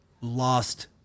lost